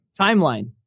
Timeline